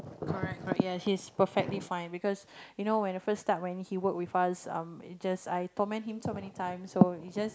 correct correct ya he's perfectly fine because you know when the first start when he work with us um just I torment him so many times so he just